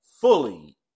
fully